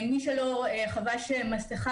שהעירו למי שלא חבש מסכה.